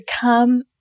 come